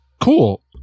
Cool